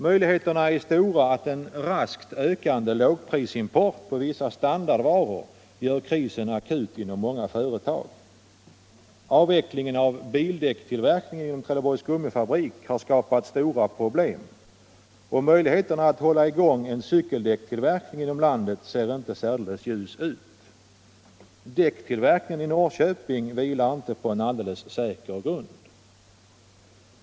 Möjligheterna är stora att en raskt ökande lågprisimport på vissa standardvaror gör krisen akut inom många företag. Avvecklingen av bildäckstillverkningen inom Trelleborgs Gummifabrik har skapat stora problem, och möjligheterna att hålla i gång en cykeldäckstillverkning inom landet ser inte ut att vara särdeles stora. Däcktillverkningen i Norrköping vilar inte på en alldeles säker grund.